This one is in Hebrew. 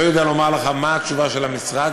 לא יודע לומר לך מה התשובה של המשרד,